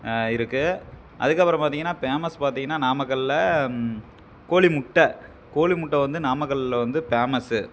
இருக்கு அதற்கப்பறம் பார்த்தீங்கன்னா பேமஸ் பார்த்தீங்கன்னா நாமக்கலில் கோழி முட்டை கோழி முட்டை வந்து நாமக்கலில் வந்து பேமஸ்ஸு